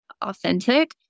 authentic